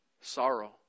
sorrow